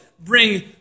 bring